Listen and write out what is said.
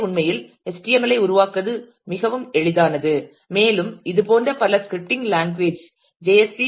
எனவே உண்மையில் HTML ஐ உருவாக்குவது மிகவும் எளிதானது மேலும் இதுபோன்ற பல ஸ்கிரிப்டிங் லாங்குவேஜ் ஜே